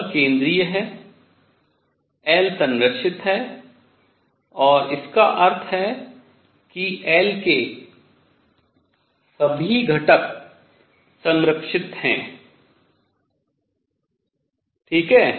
बल केंद्रीय है L संरक्षित है और इसका अर्थ है कि L के सभी घटक संरक्षित हैं ठीक है